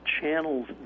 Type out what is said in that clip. channels